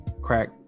crack